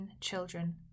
children